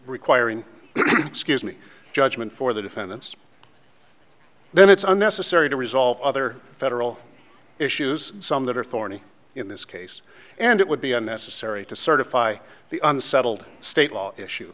requiring excuse me judgment for the defendants then it's unnecessary to resolve other federal issues some that are thorny in this case and it would be unnecessary to certify the unsettled state law issue